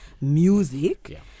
music